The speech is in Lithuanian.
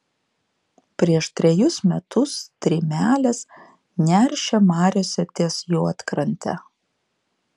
prieš trejus metus strimelės neršė mariose ties juodkrante